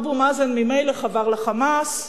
אבו מאזן ממילא חבר ל"חמאס",